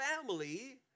family